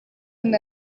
and